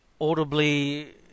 audibly